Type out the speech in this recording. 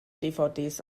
dvds